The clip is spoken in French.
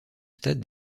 stade